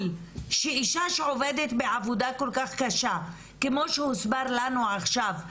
שאישה שעובדת בעבודה כל כך קשה כמו שהוסבר לנו עכשיו,